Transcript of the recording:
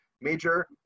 major